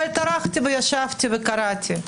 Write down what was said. אבל טרחתי וישבתי וקראתי.